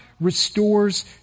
restores